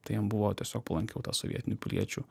tai jiem buvo tiesiog palankiau tą sovietinių piliečių